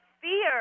fear